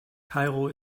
kairo